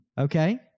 Okay